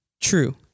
true